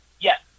Yes